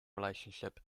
relationship